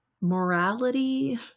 morality